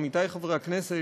עמיתי חברי הכנסת,